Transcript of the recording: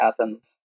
Athens